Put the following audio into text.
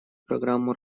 программу